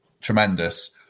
tremendous